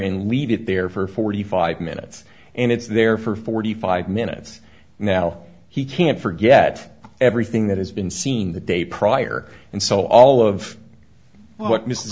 and leave it there for forty five minutes and it's there for forty five minutes now he can't forget everything that has been seen the day prior and so all of